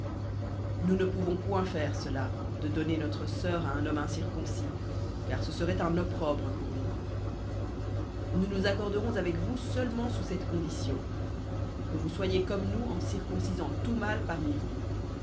nous ne pouvons point faire cela de donner notre sœur à un homme incirconcis car ce serait un opprobre pour nous nous nous accorderons avec vous seulement sous cette condition que vous soyez comme nous en circoncisant tout mâle parmi vous